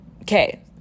okay